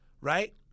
Right